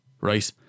right